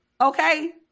okay